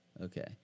okay